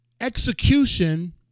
execution